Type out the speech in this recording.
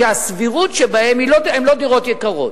שהסבירות שהן לא דירות יקרות.